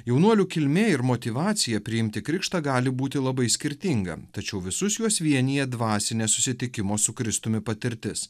jaunuolių kilmė ir motyvacija priimti krikštą gali būti labai skirtinga tačiau visus juos vienija dvasinė susitikimo su kristumi patirtis